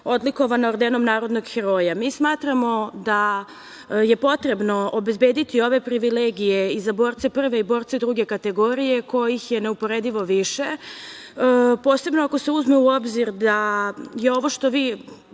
odlikovana ordenom „Narodnog heroja“.Mi smatramo da je potrebno obezbediti ove privilegije i za borce prve i borce druge kategorije kojih je neuporedivo više, posebno ako se uzme u obzir da je ovo što vi